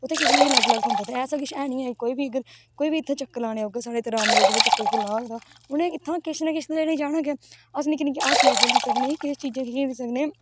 उत्थे किश ना किश ऐसा किश है नेईं है कि कोई बी इद्धर चक्कर लाने गी औगा ते रामनगर च चक्कर लान आग ते उन्हे इत्थै किश ना किश अस निक्कियां निक्कियां हट्टिया खोह्ली सकने आं